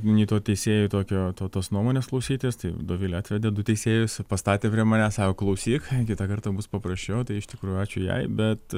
nei to teisėjų tokio to tos nuomonės klausytis tai dovilė atvedė du teisėjus pastatė prie manęs sako klausyk kitą kartą bus paprasčiau tai iš tikrųjų ačiū jai bet